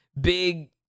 big